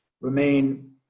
remain